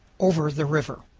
over the river.